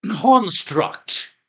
construct